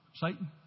Satan